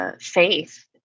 faith